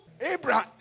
Abraham